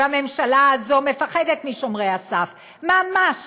והממשלה הזאת פוחדת משומרי הסף ממש